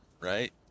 Right